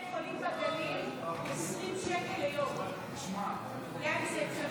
בבית חולים בגליל, 20 שקל ליום, זה אפשרי.